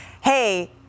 hey